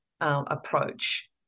approach